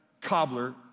cobbler